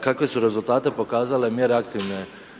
kakve su rezultate pokazale mjere aktivne